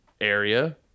area